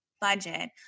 budget